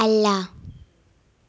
അല്ല